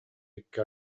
икки